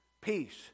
peace